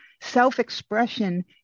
self-expression